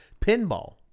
Pinball